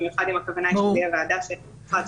במיוחד אם הכוונה היא שזאת תהיה ועדה שלנו.